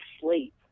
sleep